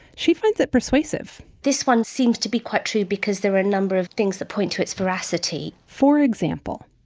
she finds that persuasive this one seems to be quite true because there are a number of things that point to its veracity. for example,